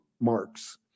marks